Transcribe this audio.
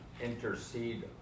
intercede